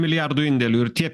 milijardų indėlių ir tie